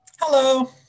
Hello